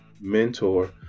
Mentor